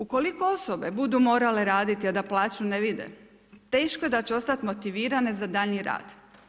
Ukoliko osobe budu morale raditi a da plaću ne vide teško je da će ostati motivirane za daljnji rad.